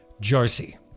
Josie